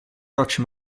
rocce